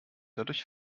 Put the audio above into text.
dadurch